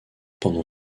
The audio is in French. pendant